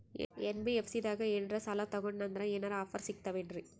NBFC ದಾಗ ಏನ್ರ ಸಾಲ ತೊಗೊಂಡ್ನಂದರ ಏನರ ಆಫರ್ ಸಿಗ್ತಾವೇನ್ರಿ?